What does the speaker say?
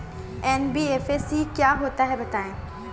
NBFC क्या होता है बताएँ?